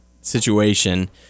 situation